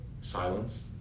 silence